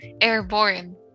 airborne